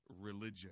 religion